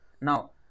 Now